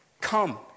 come